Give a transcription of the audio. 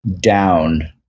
down